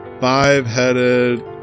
Five-headed